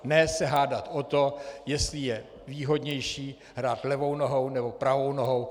Ne se hádat o to, jestli je výhodnější hrát levou nohou, nebo pravou nohou.